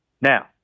Now